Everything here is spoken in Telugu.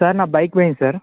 సార్ నా బైక్ పోయింది సార్